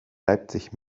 leipzig